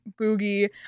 Boogie